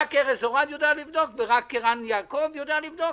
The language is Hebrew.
רק ארז אורעד יודע לבדוק ורק ערן יעקב יודע לבדוק,